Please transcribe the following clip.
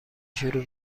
شروع